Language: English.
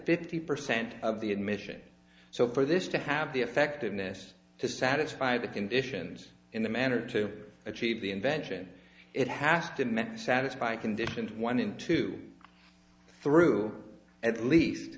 fifty percent of the admission so for this to have the effectiveness to satisfy the conditions in the manner to achieve the invention it has to met to satisfy conditions one in two through at least